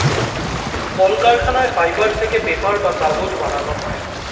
কলকারখানায় ফাইবার থেকে পেপার বা কাগজ বানানো হয়